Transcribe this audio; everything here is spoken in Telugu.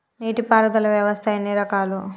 నీటి పారుదల వ్యవస్థ ఎన్ని రకాలు?